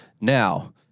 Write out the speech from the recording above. now